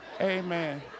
Amen